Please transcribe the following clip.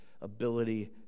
ability